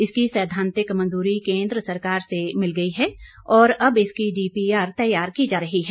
इसकी सैद्वांतिक मंजूरी केन्द्र सरकार से मिल गई है और अब इसकी डीपीआर तैयार की जा रही है